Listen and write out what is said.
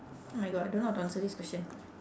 oh my god I don't know how to answer this question